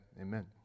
amen